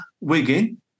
Wigan